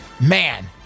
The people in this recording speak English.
Man